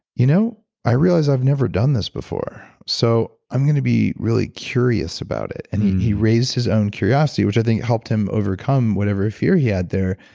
you know i realize i've never done this before, so i'm going to be really curious about it. and he he raised his own curiosity, which i think it helped him overcome whatever fear he had there.